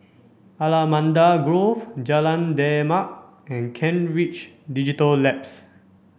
Allamanda Grove Jalan Demak and Kent Ridge Digital Labs